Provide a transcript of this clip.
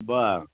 बरं